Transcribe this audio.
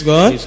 God